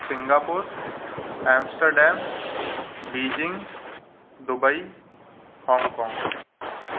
Singapore Amsterdam Beijing Dubai Hong Kong